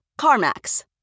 CarMax